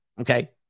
Okay